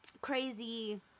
crazy